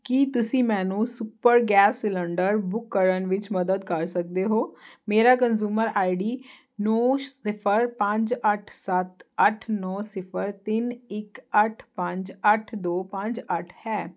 ਕੀ ਤੁਸੀਂ ਮੈਨੂੰ super gas cylinder book ਕਰਨ ਵਿੱਚ ਮਦਦ ਕਰ ਸਕਦੇ ਹੋ ਮੇਰਾ ਕਨਜ਼ੂਮਰ ਆਈਡੀ ਨੌਂ ਸਿਫਰ ਪੰਜ ਅੱਠ ਸੱਤ ਅੱਠ ਨੌਂ ਸਿਫਰ ਤਿੰਨ ਇੱਕ ਅੱਠ ਪੰਜ ਅੱਠ ਦੋ ਪੰਜ ਅੱਠ ਹੈ